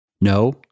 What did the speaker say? No